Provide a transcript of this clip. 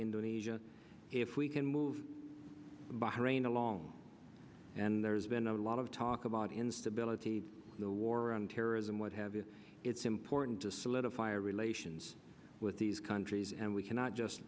indonesia if we can move by rain along and there's been a lot of talk about instability the war on terrorism would have it it's important to solidify relations with these countries and we cannot just